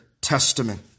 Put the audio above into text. testament